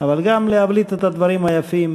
אבל גם להבליט את הדברים היפים.